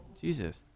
Jesus